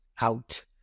out